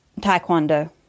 taekwondo